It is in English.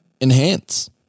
enhance